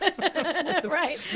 Right